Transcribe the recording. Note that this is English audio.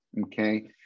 okay